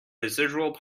residual